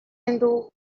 into